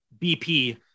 BP